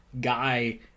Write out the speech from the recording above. guy